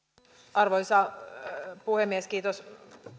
arvoisa puhemies kiitos